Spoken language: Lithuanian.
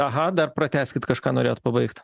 aha dar pratęskit kažką norėjot pabaigt